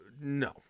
No